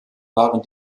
waren